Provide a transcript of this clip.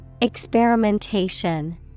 Experimentation